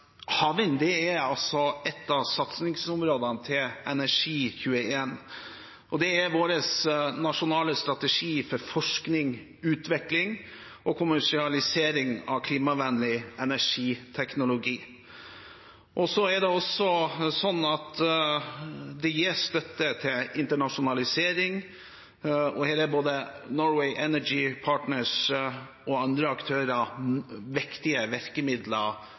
havvind er ett av satsingsområdene til Energi21. Det er vår nasjonale strategi for forskning, utvikling og kommersialisering av klimavennlig energiteknologi. Det gis støtte til internasjonalisering, og her er både Norwegian Energy Partners og andre aktører viktige virkemidler